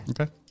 Okay